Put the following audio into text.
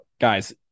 guys